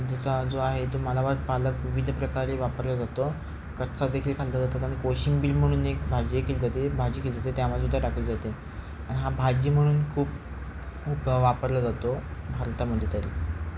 त्याचा जो आहे तो मलाबार पालक विविध प्रकारे वापरला जातो कच्चा देखील खाल्लं जातात आणि कोशिंबीर म्हणून एक भाजी केली जाते भाजी केली जाते त्यामध्ये तर टाकली जाते आणि हा भाजी म्हणून खूप खूप वापरला जातो भारतामध्ये तरी